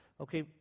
Okay